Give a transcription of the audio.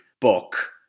book